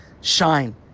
shine